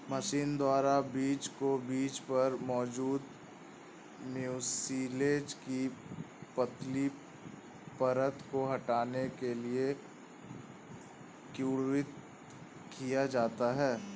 machine द्वारा बीज को बीज पर मौजूद म्यूसिलेज की पतली परत को हटाने के लिए किण्वित किया जाता है